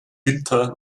winter